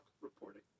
reporting